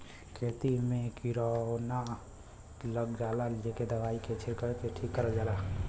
खेती में किरौना लग जाला जेके दवाई के छिरक के ठीक करल जाला